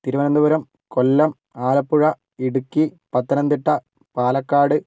Thiruvananthapuram Kollam Alappuzha Idukki Pathanamthitta Palakkad